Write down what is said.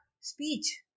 speech